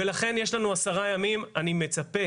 ולכן יש לנו עשרה ימים, אני מצפה